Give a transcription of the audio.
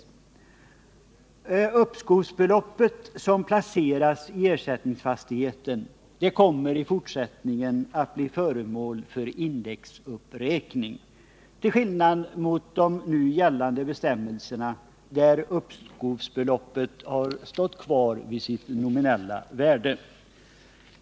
Det uppskovsbelopp som placeras i ersättningsfastigheten kommer i fortsättningen att bli föremål för indexuppräkning, till skillnad mot vad som gäller enligt nuvarande bestämmelser, där uppskovsbeloppet står kvar vid sitt nominella värde.